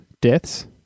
deaths